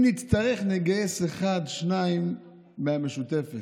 אם נצטרך, נגייס אחד-שניים מהמשותפת.